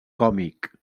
còmic